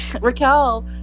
Raquel